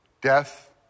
death